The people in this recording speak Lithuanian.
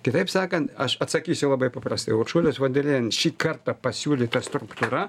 kitaip sakant aš atsakysiu labai paprastai uršulės von der lejen šį kartą pasiūlyta struktūra